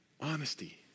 Honesty